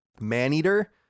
Maneater